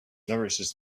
nourishes